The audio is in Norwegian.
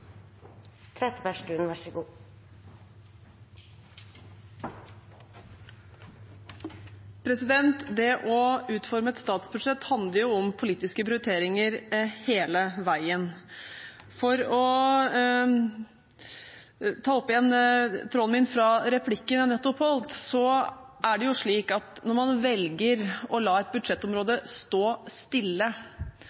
er omme. Det å utforme et statsbudsjett handler om politiske prioriteringer hele veien. For å ta opp igjen tråden fra replikken jeg nettopp hadde, er det slik at når man velger å la et budsjettområde